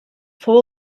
fou